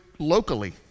locally